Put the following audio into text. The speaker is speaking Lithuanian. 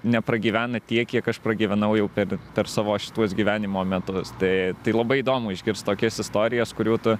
nepragyvena tiek kiek aš pragyvenau jau per per savo šituos gyvenimo metus tai tai labai įdomu išgirst tokias istorijas kurių tu